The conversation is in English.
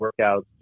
workouts